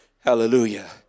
hallelujah